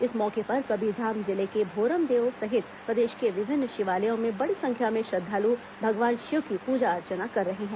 इस मौके पर कबीरधाम जिले के भोरमदेव सहित प्रदेश के विभिन्न शिवालयों में बड़ी संख्या में श्रद्धालु भगवान शिव की पूजा अर्चना कर रहे हैं